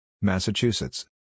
Massachusetts